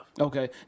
Okay